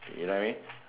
you know what I mean